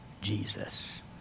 Jesus